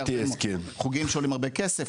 חוגים שעולים הרבה כסף,